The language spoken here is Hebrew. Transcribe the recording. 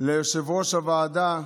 ליושב-ראש הוועדה,